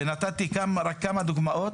ונתתי רק כמה דוגמאות